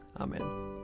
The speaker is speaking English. Amen